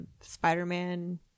Spider-Man